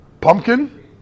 pumpkin